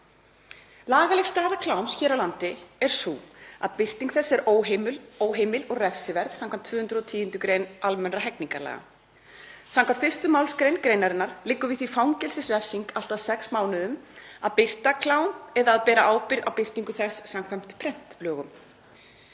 Lagaleg staða kláms hér á landi er sú að birting þess er óheimil og refsiverð skv. 210. gr. almennra hegningarlaga. Samkvæmt 1. mgr. greinarinnar liggur við því fangelsisrefsing allt að 6 mánuðum að birta klám eða að bera ábyrgð á birtingu þess samkvæmt prentlögum.